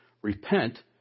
Repent